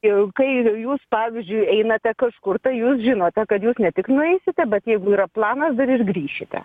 jau kai jūs pavyzdžiui einate kažkur tai jūs žinote kad jūs ne tik nueisite bet jeigu yra planas dar ir grįšite